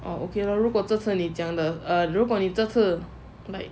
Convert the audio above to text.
orh okay 了如果这次你讲的哦 err 如果你这次 like